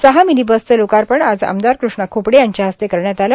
सहा मिनी बसचे लोकार्पण आज आमदार कृष्णा खोपडे यांच्या हस्ते करण्यात आले